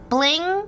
Bling